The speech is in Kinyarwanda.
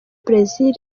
brazil